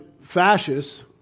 fascists